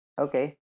Okay